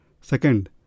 Second